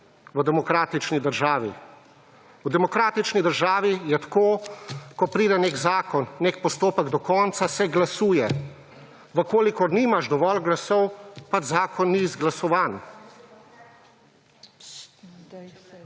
V demokratični državi je tako, ko pride nek zakon, nek postopek do konca, se glasuje. V kolikor nimaš dovolj glasov, pač zakon ni izglasovan.